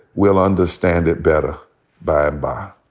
we'll understand it better by and